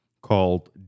called